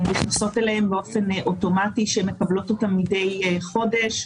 נכנסות אליהם באופן אוטומטי ושהן מקבלות אותם מדי חודש.